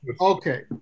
okay